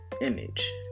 image